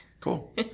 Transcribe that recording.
Cool